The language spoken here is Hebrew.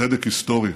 צדק היסטורי.